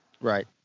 Right